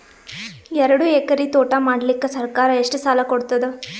ಎರಡು ಎಕರಿ ತೋಟ ಮಾಡಲಿಕ್ಕ ಸರ್ಕಾರ ಎಷ್ಟ ಸಾಲ ಕೊಡತದ?